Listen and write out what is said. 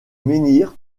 menhir